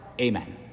amen